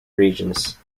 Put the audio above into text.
regions